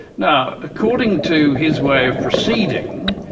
now according to his way of proceeding,